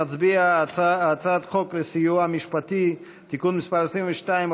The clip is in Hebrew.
נצביע על הצעת חוק לסיוע משפטי (תיקון מס' 22,